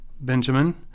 Benjamin